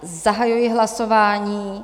Zahajuji hlasování.